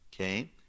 okay